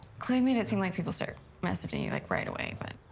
chloe made it seem like people start messaging you, like, right away, but.